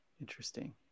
Interesting